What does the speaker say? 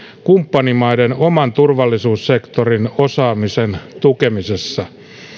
kumppanimaiden oman turvallisuussektorin osaamisen tukemisessa